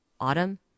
Autumn